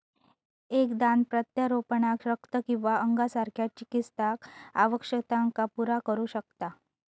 एक दान प्रत्यारोपणाक रक्त किंवा अंगासारख्या चिकित्सा आवश्यकतांका पुरा करू शकता